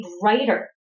brighter